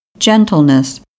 gentleness